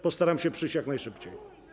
Postaram się przyjść jak najszybciej.